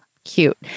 cute